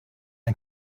ein